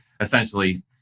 essentially